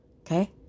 Okay